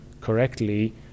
correctly